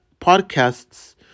Podcasts